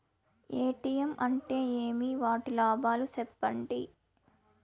ATM అంటే ఏమి? వాటి లాభాలు సెప్పండి?